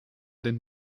den